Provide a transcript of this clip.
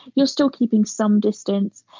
you're still keeping some distance.